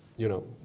you know.